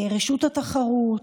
רשות התחרות,